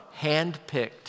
handpicked